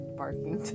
barking